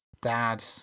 dad